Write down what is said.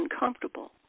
uncomfortable